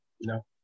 No